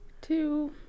Two